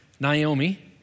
Naomi